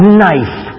knife